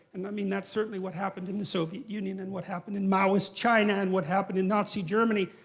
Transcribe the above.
and i mean that's certainly what happened in the soviet union, and what happened in maoist china, and what happened in nazi germany.